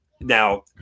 Now